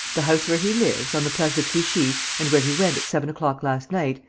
the house where he lives, on the place de clichy, and where he went at seven o'clock last night,